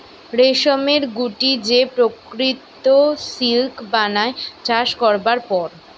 রেশমের গুটি যে প্রকৃত সিল্ক বানায় চাষ করবার পর